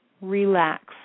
Relax